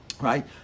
right